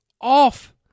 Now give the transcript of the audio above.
off